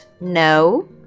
No